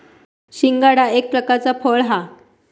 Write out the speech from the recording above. शिंगाडा एक प्रकारचा फळ हा